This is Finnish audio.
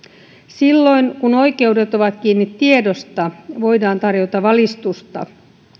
silloin kun oikeudet ovat kiinni tiedosta voidaan tarjota valistusta